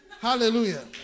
Hallelujah